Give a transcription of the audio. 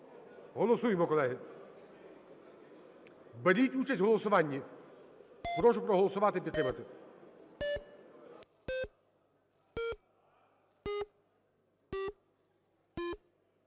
Голосуємо, колеги! Беріть участь у голосуванні. Прошу проголосувати і підтримати.